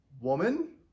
Woman